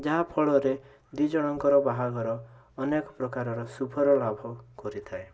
ଯାହା ଫଳରେ ଦୁଇ ଜଣଙ୍କର ବାହାଘର ଅନେକପ୍ରକାରର ଶୁଭର ଲାଭ କରିଥାଏ